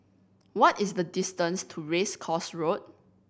what is the distance to Race Course Road